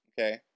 okay